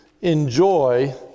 enjoy